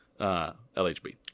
LHB